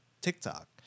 TikTok